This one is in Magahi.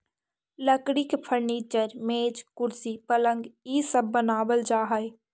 लकड़ी के फर्नीचर, मेज, कुर्सी, पलंग इ सब बनावल जा हई